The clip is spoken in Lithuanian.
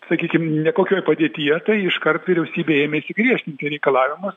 sakykim nekokioj padėtyje tai iškart vyriausybė ėmėsi griežtinti reikalavimus